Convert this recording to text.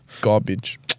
garbage